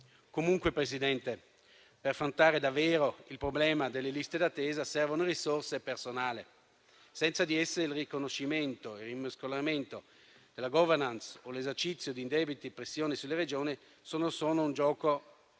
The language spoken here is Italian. accolti. Presidente, per affrontare davvero il problema delle liste d'attesa servono risorse e personale; senza di essi il riconoscimento e il rimescolamento della *governance* o l'esercizio di indebite pressioni sulle Regioni sono solo un gioco a somma